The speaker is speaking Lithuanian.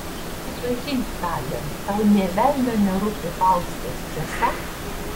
prisipažink tale tau nė velnio nerūpi faustas tiesa